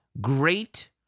great